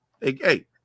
hey